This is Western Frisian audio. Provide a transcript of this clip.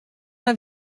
har